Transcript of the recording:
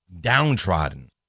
downtrodden